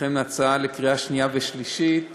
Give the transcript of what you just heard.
בפניכם לקריאה שנייה ושלישית